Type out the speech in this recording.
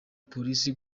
polisi